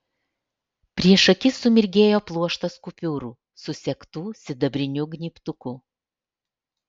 prieš akis sumirgėjo pluoštas kupiūrų susegtų sidabriniu gnybtuku